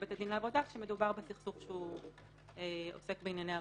ולבית הדין לעבודה כשמדובר בסכסוך שעוסק בענייני עבודה.